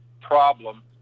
problem